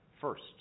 First